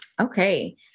Okay